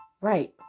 Right